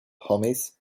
homies